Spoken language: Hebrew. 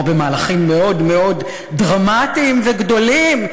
במהלכים מאוד מאוד דרמטיים וגדולים,